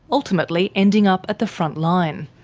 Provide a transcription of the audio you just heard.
ultimately ending up at the frontline.